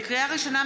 לקריאה ראשונה,